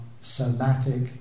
somatic